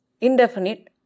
Indefinite